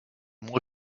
moi